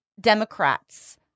Democrats